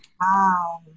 Wow